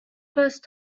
first